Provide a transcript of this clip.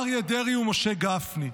אריה דרעי ומשה גפני,